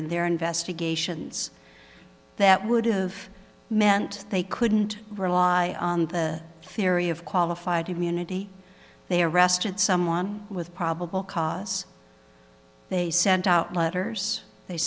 in their investigations that would have meant they couldn't rely on the theory of qualified immunity they arrested someone with probable cause they sent out letters they